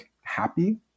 happy